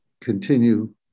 continue